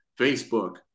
Facebook